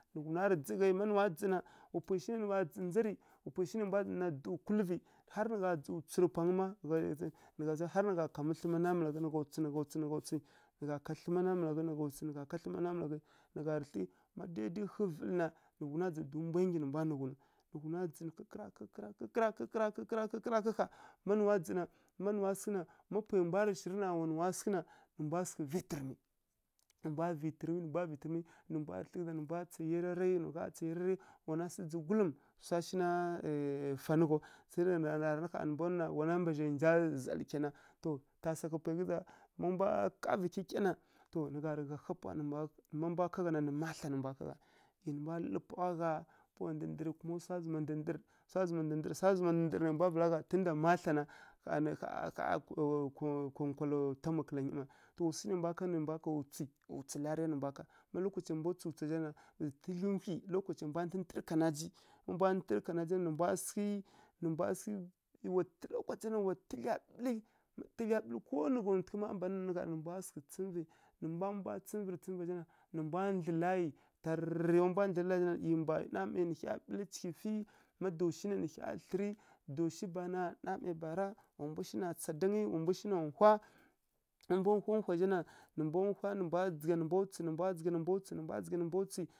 Nǝ ghunarǝ dzǝghai, má nuwa dzǝ na, wa pwai shi nǝ gha rǝ ndza rǝ, wa pwai shi nai mbwa ɗana dǝw kulǝvǝ, har nǝ gha dzǝ tsǝrǝ pwangǝ má har nǝ gha kamǝ thlǝma namalaghǝ, nǝ gha tswi, nǝ gha tswi, nǝ gha tswi, nǝ gha ká thlǝma namalaghǝ nǝ gha tswi, nǝ gha ká thlǝma namalaghǝ, nǝ gha thli ma dai-dai ghǝvǝlǝ na, mbwa nggyi nǝ mbwa nǝ ghunu. Nǝ ghuna dzǝ kǝkǝrakǝ, kǝkǝrakǝ, kǝkǝrakǝ, kǝkǝrakǝ, kǝkǝrakǝ kǝkǝrakǝ, kǝkǝrakǝ ƙha ma nuwa dzǝ na, ma nuwa sǝghǝ na, ma pwai mbwarǝ shirǝ na wa nuwa sǝghǝ na, nǝ mbwa sǝghǝ vi tǝrmǝ, nǝ mbwa vi tǝrmǝ, nǝ mbwa vi tǝrmǝ, nǝ mbwa tsa yararai, nǝ mbwa tsa yararai sǝmǝ dzǝgulum swa shi na fanǝ ghaw, sai ra-ra ƙha nǝ mbwa nuna wana mbazǝ ndza zalǝ kaina, to tasaghǝ pwai ghǝza, má mbwa kavǝ kykya na, to nǝ ghá rǝ gha há pawa má mbwa ká gha na, nǝ mathla nǝ mbwa ká gha. Nǝ mbwa lǝlǝrǝ pawa ghá pawa ndǝɗǝrǝ kuma swa zǝma ndǝdǝrǝ, swa zǝma ndǝdǝrǝ, swa zǝma ndǝdǝrǝ nai mbwa vǝla ka gha tunda mathla na, nkonkwala- nkonkwala- nkonkwala to wa swu shi nai mbwa kanǝ, nǝ mbwa kaw tswi, tswi lariya nǝ mbwa ká, má lokacai mbwá tswu tsa zha na, tǝdlyi nthlyi lokacai mbwa ntǝntǝrǝ kanaji, má mbwa ntǝntǝrǝ kanaji, nǝ mbwa sǝghǝ, nǝ mbwa sǝghǝ, wa tǝdlya ɓǝlǝ, tǝdlya ɓǝlǝ ko nǝ gha ntughǝ má a mban nǝ nǝ́ gha ɗa nǝ mbwa sǝghǝ tsǝmvǝ nǝ mba-mba tsǝmvǝ, tsǝmva zha, nǝ mbwa ndlǝ layi tarǝrǝrǝ, má mbwa ndlǝrǝ laya zha na, ˈyi mbwa namai nǝ hya ɓǝlǝ cighǝfǝ, ma dawshi na, nǝ hya thlǝrǝ, dashi bana, namai bara, wa mbu shi na tsa dangǝ, wa mbu shi na mpá. Má mbwa nho nhwa zha na, nǝ mbwa nhwa nǝ mbwa dzǝgha, nǝ mbwa tswi, nǝ mbwa nhwa nǝ mbwa dzǝgha, nǝ mbwa nhwa nǝ mbwa dzǝgha.